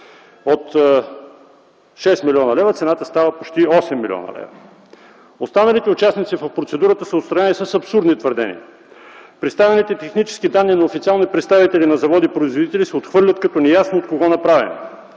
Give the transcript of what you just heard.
от 6 млн. лв. става почти 8 млн. лв. Останалите участници в процедурата са отстранени с абсурдни твърдения. Представените технически данни на официални представители на заводи-производители се отхвърлят като неясно от кого направени.